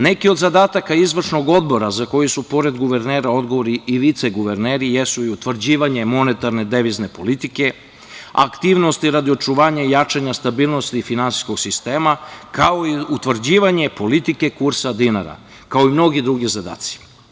Neki od zadataka izvršnog odbora, za koji su pored guvernere odgovorni i viceguverneri, jesu i utvrđivanje monetarne devizne politike, aktivnosti radi očuvanja i jačanja stabilnosti finansijskog sistema, kao i utvrđivanje politike kursa dinara, kao i mnogi drugi zadaci.